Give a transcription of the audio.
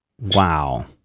wow